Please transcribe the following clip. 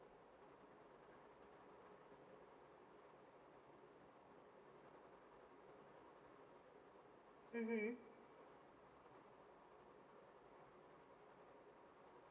mmhmm